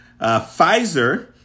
Pfizer